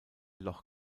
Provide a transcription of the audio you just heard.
loch